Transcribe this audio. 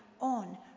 on